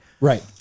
Right